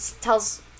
tells